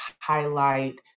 highlight